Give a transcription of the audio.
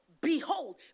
behold